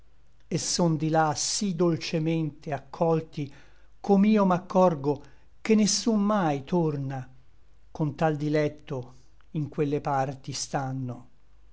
et son di là sí dolcemente accolti com'io m'accorgo che nessun mai torna con tal diletto in quelle parti stanno